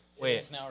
Wait